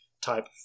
type